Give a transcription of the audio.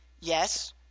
yes